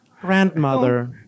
Grandmother